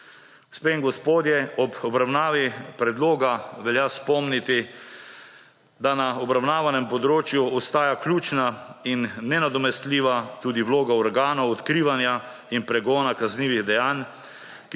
Gospe in gospodje, ob obravnavi predloga velja spomniti, da na obravnavanem področju ostaja ključna in nenadomestljiva tudi vloga organov odkrivanja in pregona kaznivih dejanj,